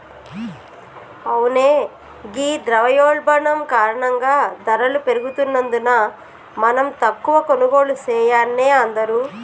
అవునే ఘీ ద్రవయోల్బణం కారణంగా ధరలు పెరుగుతున్నందున మనం తక్కువ కొనుగోళ్లు సెయాన్నే అందరూ